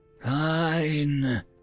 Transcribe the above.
Fine